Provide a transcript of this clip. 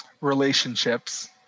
Relationships